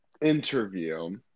interview